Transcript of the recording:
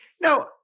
Now